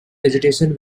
vegetation